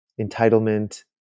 entitlement